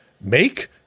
make